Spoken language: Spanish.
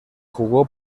jugó